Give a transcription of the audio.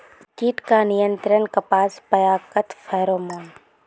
कीट का नियंत्रण कपास पयाकत फेरोमोन?